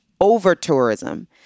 over-tourism